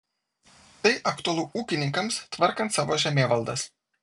tai aktualu ūkininkams tvarkant savo žemėvaldas